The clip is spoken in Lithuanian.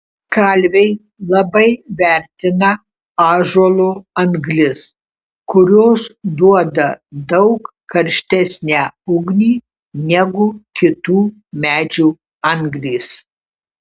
kalviai labai vertina ąžuolo anglis kurios duoda daug karštesnę ugnį negu kitų medžių anglys